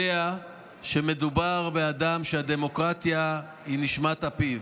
יודע שמדובר באדם שהדמוקרטיה היא נשמת אפו.